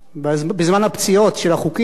בזמן הפציעות של החוקים,